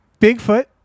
Bigfoot